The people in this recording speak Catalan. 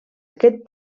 aquest